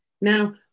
Now